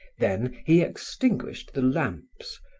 then he extinguished the lamps,